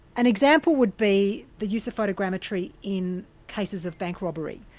an example would be the use of photogrammetry in cases of bank robbery.